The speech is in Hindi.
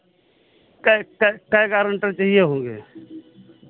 कै कै कै गारेन्टर चाहिए होंगे